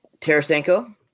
Tarasenko